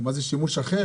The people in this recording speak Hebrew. גם מה זה שימוש אחר?